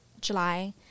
July